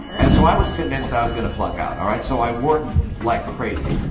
and so i was convinced i was going to flunk out, all right? so i worked like crazy.